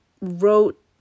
wrote